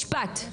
משפט.